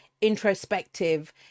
introspective